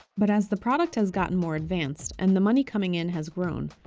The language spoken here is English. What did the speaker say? but as the product has gotten more advanced and the money coming in has grown,